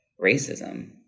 racism